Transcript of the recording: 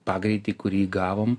pagreitį kurį įgavome